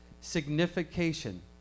signification